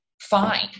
fine